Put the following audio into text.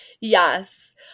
Yes